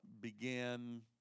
begin